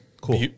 Cool